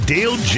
Dale